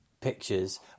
pictures